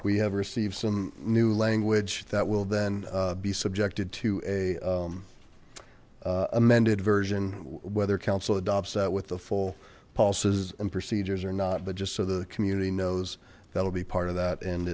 we have received some new language that will then be subjected to a amended version whether council adopts that with the full pulses and procedures or not but just so the community knows that'll be part of that and